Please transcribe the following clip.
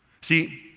See